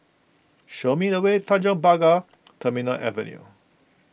show me the way Tanjong Pagar Terminal Avenue